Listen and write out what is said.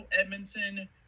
Edmonton